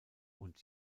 und